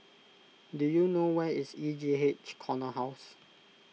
do you know where is E J H Corner House